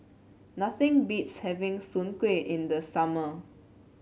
nothing beats having Soon Kuih in the summer